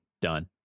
done